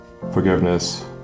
forgiveness